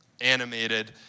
animated